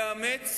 לאמץ